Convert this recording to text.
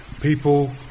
people